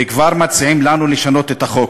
וכבר מציעים לנו לשנות את החוק.